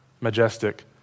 majestic